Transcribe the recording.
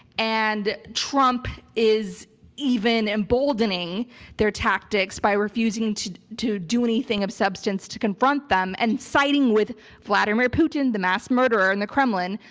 and trump is even emboldening their tactics by refusing to to do anything of substance to confront them and siding with vladimir putin, the mass murderer in the kremlin,